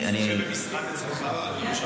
יושבים אצלך במשרד בירושלים,